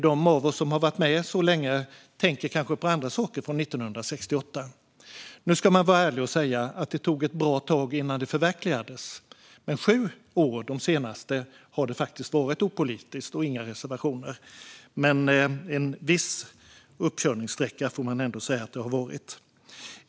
De av oss som har varit med så länge tänker kanske på andra saker från 1968. Nu ska man vara ärlig och säga att det tog ett bra tag innan detta förverkligades. De sju senaste åren har det faktiskt varit opolitiskt och utan reservationer, men en viss uppkörningssträcka får man ändå säga att det har varit.